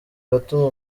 gato